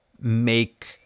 make